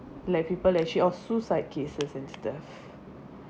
like people actually or suicide cases and stuff